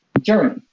journey